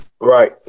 Right